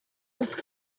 book